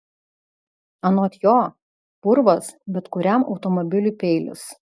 anot jo purvas bet kuriam automobiliui peilis